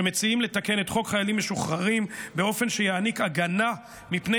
שמציעים לתקן את חוק חיילים משוחררים באופן שיעניק הגנה מפני